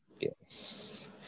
yes